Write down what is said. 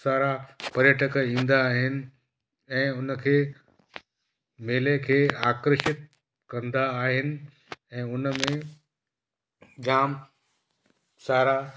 सारा पर्यटक ईंदा आहिनि ऐं उन खे मेले खे आकर्षित कंदा आहिनि ऐं उन में जाम सारा